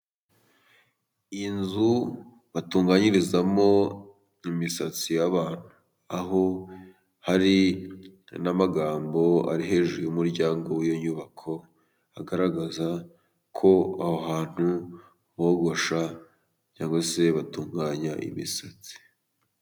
Inzu batunganyirizamo imisatsi y'abantu. Aho hari n'amagambo ari hejuru y'umuryango w'iyo nyubako, agaragaza ko aho hantu bogosha cyangwa se batunganya imisatsi.